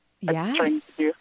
Yes